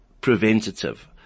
preventative